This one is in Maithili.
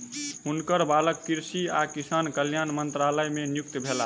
हुनकर बालक कृषि आ किसान कल्याण मंत्रालय मे नियुक्त भेला